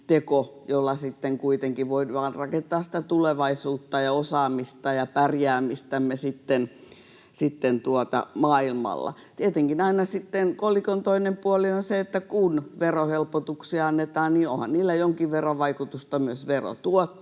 voidaan rakentaa tulevaisuuttamme ja osaamistamme ja pärjäämistämme maailmalla. Tietenkin aina sitten kolikon toinen puoli on se, että kun verohelpotuksia annetaan, niin onhan niillä jonkin verran vaikutusta myös verotuottoon.